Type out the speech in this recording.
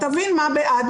תבין מה בעד,